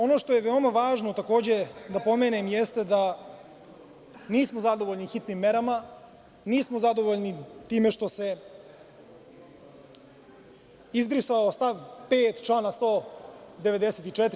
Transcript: Ono što je veoma važno, takođe, da pomenem, jeste da nismo zadovoljni hitnim merama, nismo zadovoljni time što se izbrisao stav 5. člana 194.